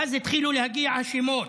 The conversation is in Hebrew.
ואז התחילו להגיע השמות.